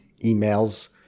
emails